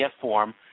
form